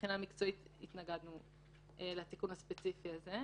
מבחינה מקצועית אנחנו התנגדנו לתיקון הספציפי הזה,